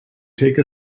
take